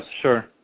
sure